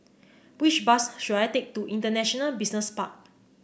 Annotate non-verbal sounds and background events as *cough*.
which bus should I take to International *unintelligible* Park